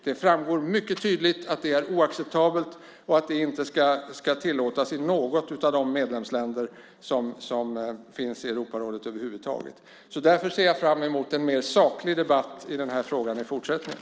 Det framgår mycket tydligt att det är oacceptabelt och att det inte ska tillåtas i något av Europarådets medlemsländer. Därför ser jag fram emot en mer saklig debatt i den här frågan i fortsättningen.